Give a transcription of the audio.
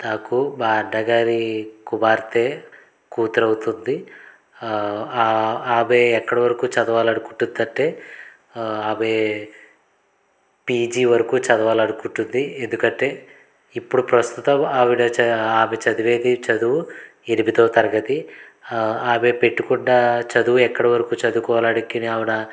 నాకు మా అన్న గారి కుమార్తె కూతురు అవుతుంది ఆమె ఎక్కడ వరకు చదవాలి అనుకుంటుందంటే ఆమె పీజీ వరకు చదవాలి అనుకుంటుంది ఎందుకంటే ఇప్పుడు ప్రస్తుత ఆవిడ ఆమె చదివేది చదువు ఎనిమిదో తరగతి ఆమె పెట్టుకున్న చదువు ఎక్కడ వరకు చదువుకోవాలనికి ఆవునా